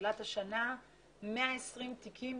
מתחילת השנה 120 תיקים,